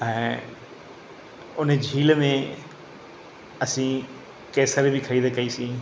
ऐं उन झील में असी खेस बि ख़रीद कईसीं